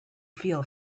feel